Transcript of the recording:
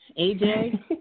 Aj